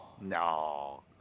No